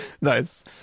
nice